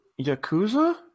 Yakuza